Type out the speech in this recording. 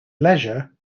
leisure